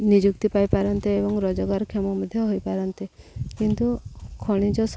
ନିଯୁକ୍ତି ପାଇପାରନ୍ତେ ଏବଂ ରୋଜଗାରକ୍ଷମ ମଧ୍ୟ ହୋଇପାରନ୍ତେ କିନ୍ତୁ ଖଣିଜ